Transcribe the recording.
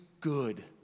good